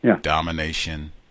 domination